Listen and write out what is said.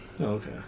Okay